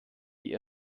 die